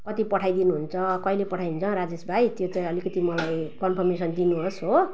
कति पठाइदिनुहुन्छ कहिले पठाइदिनुहुन्छ राजेश भाइ त्यो चाहिँ अलिकति मलाई कन्फर्मेसन दिनुहोस् हो